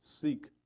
Seek